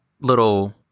little